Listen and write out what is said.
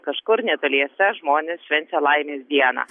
kažkur netoliese žmonės švenčia laimės dieną